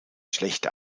schlechte